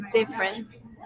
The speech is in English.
Difference